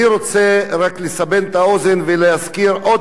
אני רוצה רק לסבר את האוזן ולהזכיר עוד